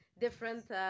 different